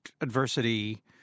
adversity